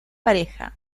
pareja